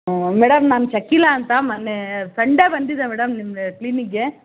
ಹ್ಞೂ ಮೇಡಮ್ ನಾನು ಶಕೀಲಾ ಅಂತ ಮೊನ್ನೆ ಸಂಡೇ ಬಂದಿದ್ದೆ ಮೇಡಮ್ ನಿಮ್ಮ ಕ್ಲೀನಿಕ್ಗೆ